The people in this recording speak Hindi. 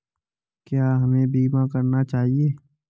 क्या हमें बीमा करना चाहिए?